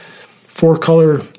four-color